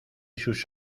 sus